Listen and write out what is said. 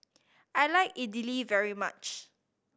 I like Idili very much